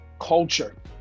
culture